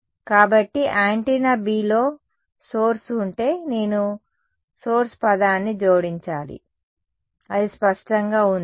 కాబట్టి యాంటెన్నా Bలో సోర్స్ ఉంటే నేను సోర్స్ పదాన్ని జోడించాలి అది స్పష్టంగా ఉందా